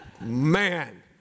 Man